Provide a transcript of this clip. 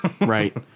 Right